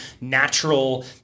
natural